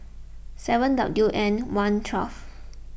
seven W N one twelve